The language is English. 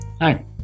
Hi